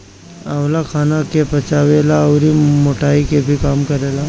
आंवला खाना के पचावे ला अउरी मोटाइ के भी कम करेला